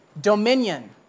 dominion